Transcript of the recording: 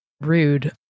rude